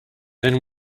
then